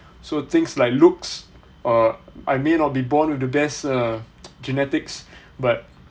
so things like looks uh I may not be born with the best uh genetics but